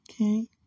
Okay